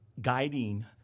guiding